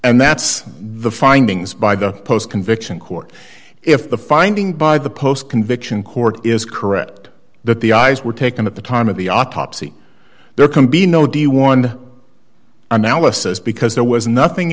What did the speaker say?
driven that's the findings by the post conviction court if the finding by the post conviction court is correct that the eyes were taken at the time of the autopsy there can be no do you want analysis because there was nothing